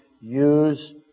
use